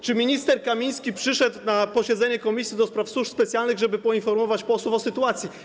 Czy minister Kamiński przyszedł na posiedzenie Komisji do Spraw Służb Specjalnych, żeby poinformować posłów o sytuacji?